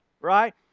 right